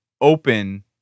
open